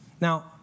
Now